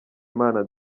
imana